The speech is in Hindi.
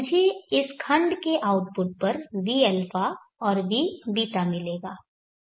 मुझे इस खंड के आउटपुट पर vα और vß मिलेगा